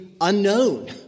unknown